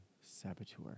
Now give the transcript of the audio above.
saboteur